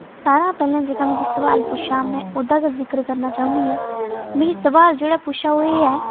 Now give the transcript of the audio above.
सारें शा पैह्लें जेह्का मिकी सोआल पुच्छेआ में ओह्दा गै जिक्र करना चाह्न्नी आं मिगी सोआल जेह्ड़ा पुच्छेआ ओह् एह् ऐ